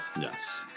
Yes